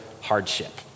hardship